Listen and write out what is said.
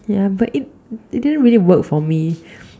yeah but it but it didn't really work for me